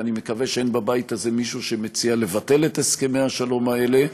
ואני מקווה שאין בבית הזה מישהו שמציע לבטל את הסכמי השלום האלה.